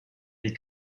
des